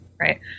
right